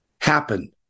happen